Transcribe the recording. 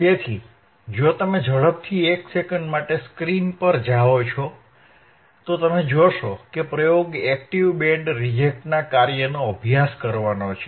તેથી જો તમે ઝડપથી એક સેકંડ માટે સ્ક્રીન પર જાઓ છો તો તમે જોશો કે પ્રયોગ એક્ટીવ બેન્ડ રિજેક્ટના કાર્યનો અભ્યાસ કરવાનો છે